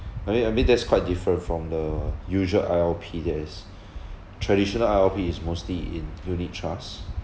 I mean I mean that's quite different from the usual I_L_P that is traditional I_L_P is mostly in unit trust